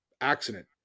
accident